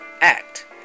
Act